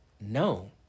No